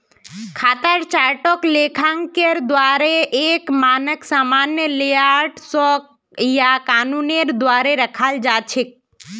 खातार चार्टक लेखाकारेर द्वाअरे एक मानक सामान्य लेआउट स या कानूनेर द्वारे रखाल जा छेक